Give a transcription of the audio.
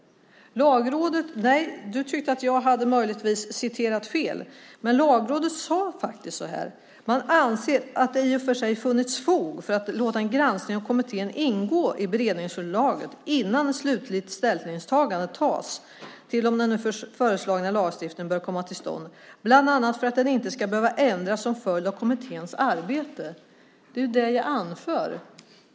Du sade att jag möjligtvis hade citerat fel. Men följande står där: "Lagrådet anser att det i och för sig funnits fog för att låta en granskning av kommittén ingå i beredningsunderlaget innan slutligt ställningstagande tas till om den nu föreslagna lagstiftningen bör komma till stånd, bl.a. för att den inte ska behöva ändras som följd av kommitténs arbete." Det är ju det jag anför.